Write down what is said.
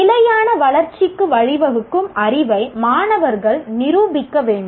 நிலையான வளர்ச்சிக்கு வழிவகுக்கும் அறிவை மாணவர்கள் நிரூபிக்க வேண்டும்